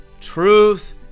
Truth